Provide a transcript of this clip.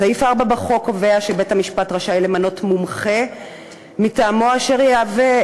סעיף 4 בחוק קובע שבית-המשפט רשאי למנות מומחה מטעמו אשר יביא את